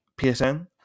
PSN